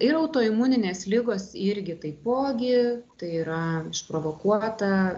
ir autoimuninės ligos irgi taipogi tai yra išprovokuota